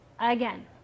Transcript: Again